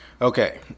Okay